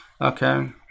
Okay